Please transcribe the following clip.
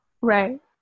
Right